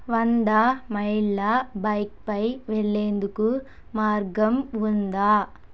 వంద మైళ్ళ బైక్పై వెళ్లేందుకు మార్గం ఉందా